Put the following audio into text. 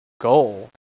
goal